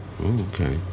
okay